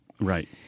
Right